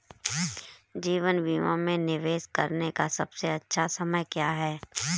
जीवन बीमा में निवेश करने का सबसे अच्छा समय क्या है?